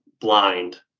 blind